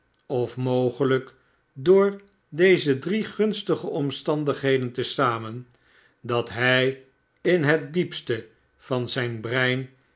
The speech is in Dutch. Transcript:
of mogelijk door deze drie gunstxge omstandigheden te zamen dat hij in het diepste van zijn brein